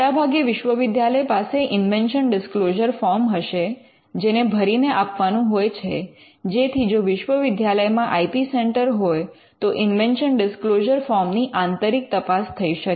મોટાભાગે વિશ્વવિદ્યાલય પાસે ઇન્વેન્શન ડિસ્ક્લોઝર ફોર્મ હશે જેને ભરીને આપવાનું હોય છે જેથી જો વિશ્વવિદ્યાલયમાં આઇ પી સેન્ટર હોય તો ઇન્વેન્શન ડિસ્ક્લોઝર ફોર્મ ની આંતરિક તપાસ થઈ શકે